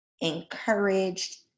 encouraged